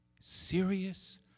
serious